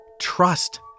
Trust